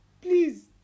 Please